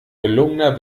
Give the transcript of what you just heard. gelungener